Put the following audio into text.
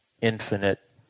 infinite